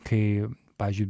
kai pavyzdžiui